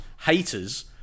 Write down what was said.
haters